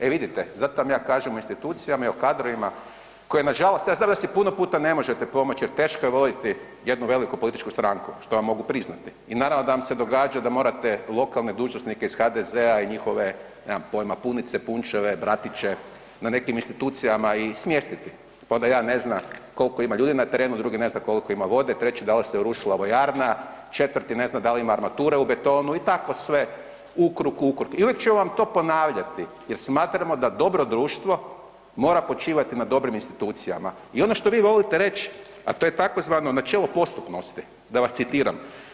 E vidite, zato vam ja kažem o institucijama i o kadrovima koji nažalost, ja znam da si puno ne možete pomoći jer teško je voditi jednu voditi jednu političku stranku, što vam mogu priznati i naravno da vam se događa da morate lokalne dužnosnike iz HDZ-a i njihove nemam pojma, punice, punčeve, bratiće na nekim institucijama i smjestiti, pa onda jedan ne zna koliko ima ljudi na terenu, drugi ne zna koliko ima vode, treći da li se urušila vojarna, četvrti ne zna da li ima armature u betonu i tako sve u krug, u krug, ili će vam to ponavljati jer smatramo da dobro društvo mora počivati na dobrim institucijama i ono što vi volite reći a to je tzv. „načelo postupnosti“, da vas citiram.